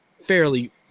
fairly